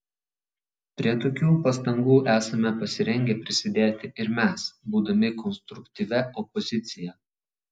prie tokių pastangų esame pasirengę prisidėti ir mes būdami konstruktyvia opozicija